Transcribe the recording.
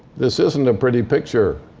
this isn't a pretty picture.